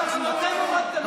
אנחנו לא מורידים.